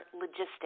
logistics